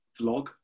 vlog